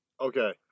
Okay